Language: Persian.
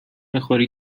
میخوری